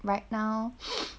right now